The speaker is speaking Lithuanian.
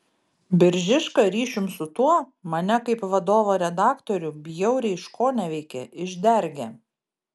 biržiška ryšium su tuo mane kaip vadovo redaktorių bjauriai iškoneveikė išdergė